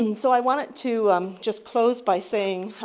and so i wanted to um just close by saying